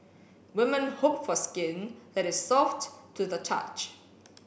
women hope for skin that is soft to the touch